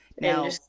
Now